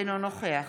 אינו נוכח